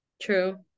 True